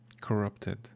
Corrupted